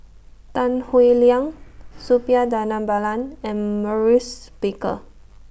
Tan Howe Liang Suppiah Dhanabalan and Maurice Baker